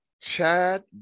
Chad